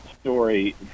story